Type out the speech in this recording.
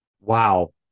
Wow